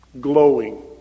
glowing